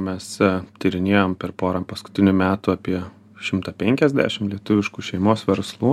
mes tyrinėjom per porą paskutinių metų apie šimtą penkiasdešim lietuviškų šeimos verslų